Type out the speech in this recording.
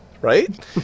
Right